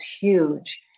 huge